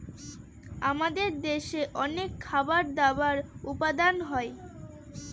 আমাদের দেশে অনেক খাবার দাবার উপাদান হয়